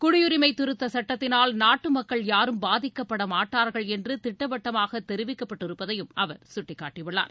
குடியுரிமை திருத்தச் சுட்டத்தினால் நாட்டு மக்கள் யாரும் பாதிக்கப்படமாட்டார்கள் என்று திட்டவட்டமாக தெரிவிக்கப்பட்டிருப்பதையும் அவர் சுட்டிகாட்டியுள்ளார்